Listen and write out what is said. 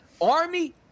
Army